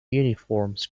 uniforms